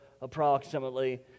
approximately